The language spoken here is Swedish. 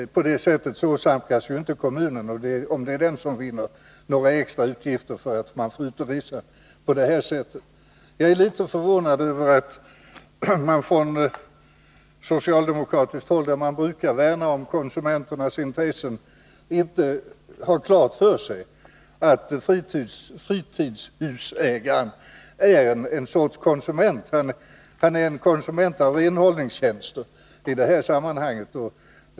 Då åsamkas ju inte kommunen, om det är kommunen som vinner, några extra utgifter för att tjänstemännen får resa på detta sätt. Jag är litet förvånad över att man från socialdemokratiskt håll, där man brukar värna om konsumenternas intressen, inte har klart för sig att fritidshusägaren är en sorts konsument. Han är en konsument av renhållningstjänster.